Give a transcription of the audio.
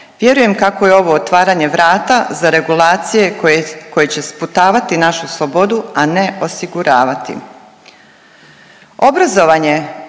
Vjerujem kako je ovo otvaranje vrata za regulacije koje će sputavati našu slobodu, a ne osiguravati.